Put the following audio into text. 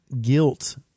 guilt